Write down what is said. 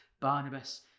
Barnabas